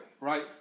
right